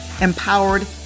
empowered